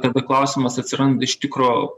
tada klausimas atsiranda iš tikro